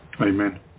Amen